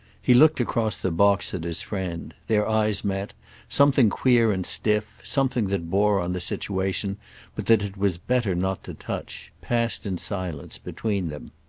he looked across the box at his friend their eyes met something queer and stiff, something that bore on the situation but that it was better not to touch, passed in silence between them.